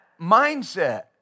mindset